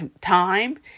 time